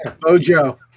Bojo